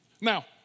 Now